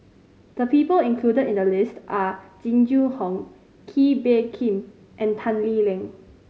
the people included in the list are Jing Jun Hong Kee Bee Khim and Tan Lee Leng